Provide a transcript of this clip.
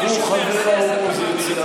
אף הוא חבר האופוזיציה.